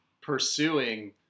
pursuing